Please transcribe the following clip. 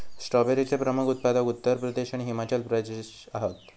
स्ट्रॉबेरीचे प्रमुख उत्पादक उत्तर प्रदेश आणि हिमाचल प्रदेश हत